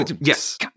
Yes